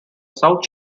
south